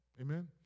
Amen